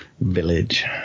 Village